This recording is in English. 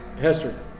Hester